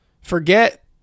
Forget